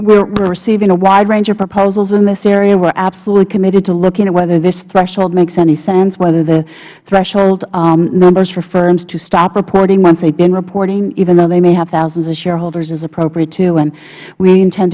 are receiving a wide range of proposals in this area we are absolutely committed to looking at whether this threshold makes any sense whether the threshold numbers for firms to stop reporting once they've been reporting even though they may have thousands of shareholders is are appropriate too and we intend